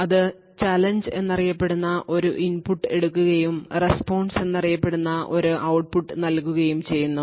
അത് ചലഞ്ച് എന്നറിയപ്പെടുന്ന ഒരു ഇൻപുട്ട് എടുക്കുകയും റെസ്പോൺസ് എന്നറിയപ്പെടുന്ന ഒരു ഔട്ട്പുട്ട് നൽകുകയും ചെയ്യുന്നു